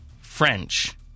French